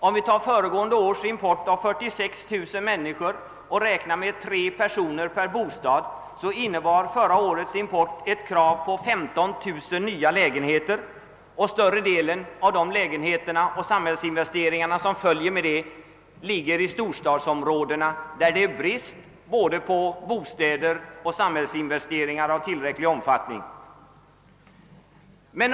Tar vi föregående års invandring som uppgick till 46 000 människor och räknar med tre personer per bostad betyder det krav på 15 000 nya lägenheter, och större delen av dessa och övriga samhällsinvesteringar i samband därmed hänför sig till storstadsområdena där det redan råder brist på såväl bostäder som samhällsinvesteringar.